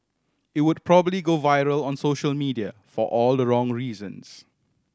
it would probably go viral on social media for all the wrong reasons